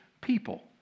people